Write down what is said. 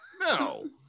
No